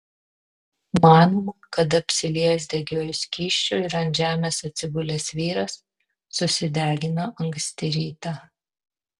manoma kad apsiliejęs degiuoju skysčiu ir ant žemės atsigulęs vyras susidegino anksti rytą